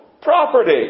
property